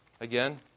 again